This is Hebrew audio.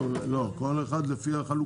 ב-SMS.